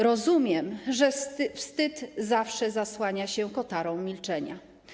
Rozumiem, że wstyd zawsze zasłania się kotarą milczenia.